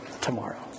Tomorrow